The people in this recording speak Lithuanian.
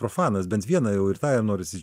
profanas bent vieną jau ir tą jau norisi